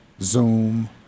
Zoom